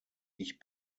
ich